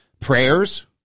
Prayers